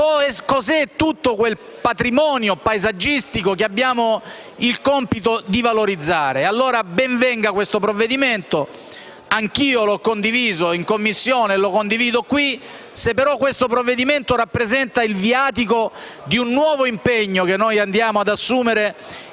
cosa è tutto quel patrimonio paesaggistico che abbiamo il compito di valorizzare. Ben venga allora questo provvedimento, anch'io lo ho condiviso in Commissione e lo condivido qui in Assemblea, ma solo se esso rappresenta il viatico di un nuovo impegno che andiamo ad assumere